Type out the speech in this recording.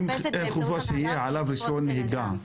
אם אין חובה שיהיה עליו רישיון נהיגה,